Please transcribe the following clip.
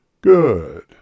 Good